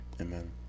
Amen